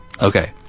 Okay